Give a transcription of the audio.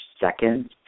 second